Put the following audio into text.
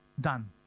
done